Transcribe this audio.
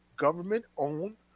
government-owned